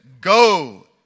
go